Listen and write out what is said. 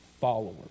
followers